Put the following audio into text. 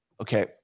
okay